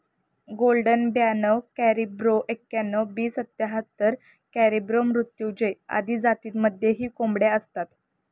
golden ब्याणव करिब्रो एक्याण्णण, B सत्याहत्तर, कॅरिब्रो मृत्युंजय आदी जातींमध्येही कोंबड्या असतात